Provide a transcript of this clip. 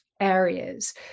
areas